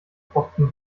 tropfen